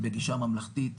בגישה ממלכתית,